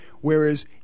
Whereas